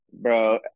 Bro